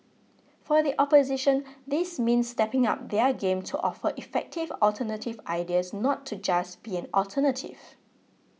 for the opposition this means stepping up their game to offer effective alternative ideas not to just be an alternative